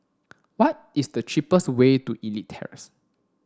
what is the cheapest way to Elite Terrace